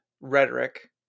rhetoric